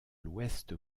l’ouest